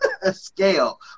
scale